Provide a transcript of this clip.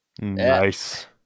Nice